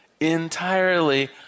entirely